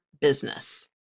business